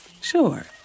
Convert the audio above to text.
Sure